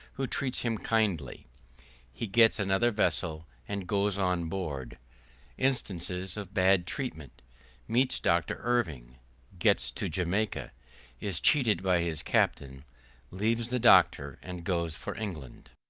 who treats him kindly he gets another vessel and goes on board instances of bad treatment meets doctor irving gets to jamaica is cheated by his captain leaves the doctor and goes for england.